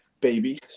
babies